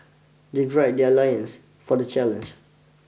they gird their lines for the challenge